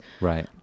Right